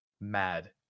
Mad